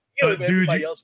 Dude